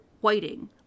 Whiting